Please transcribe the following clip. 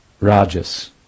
rajas